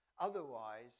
Otherwise